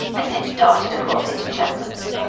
and then darted across into chapman's!